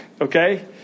Okay